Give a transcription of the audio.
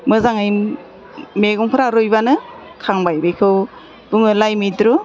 मोजाङै मैगंफोरा रुइबानो खांबाय बेखौ बुङो लाइ मैद्रु